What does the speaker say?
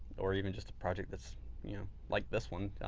or even just a project that's yeah like this one,